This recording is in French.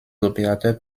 opérateurs